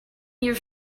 here